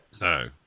No